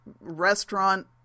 restaurant